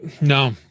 No